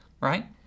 right